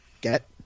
get